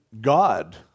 God